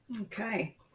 Okay